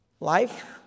Life